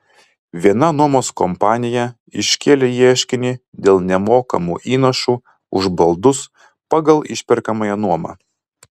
viena nuomos kompanija iškėlė ieškinį dėl nemokamų įnašų už baldus pagal išperkamąją nuomą